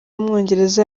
w’umwongereza